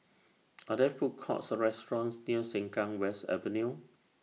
Are There Food Courts Or restaurants near Sengkang West Avenue